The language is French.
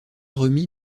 remis